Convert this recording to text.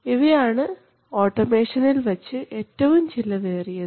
ഇവയാണ് ഓട്ടോമേഷനിൽ വച്ച് ഏറ്റവും ചിലവേറിയത്